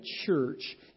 church